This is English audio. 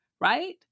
right